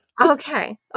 okay